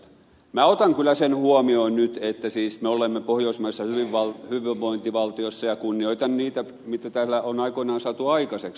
minä otan kyllä sen huomioon nyt että siis me olemme pohjoismaisessa hyvinvointivaltiossa ja kunnioitan niitä mitä täällä on aikoinaan saatu aikaiseksi